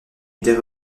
idée